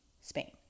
Spain